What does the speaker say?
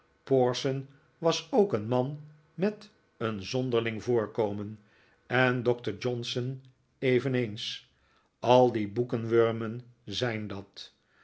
porson was ook een man met een zonderling voorkomen en doctor johnson eveneens al die boekenwurmen zijn dat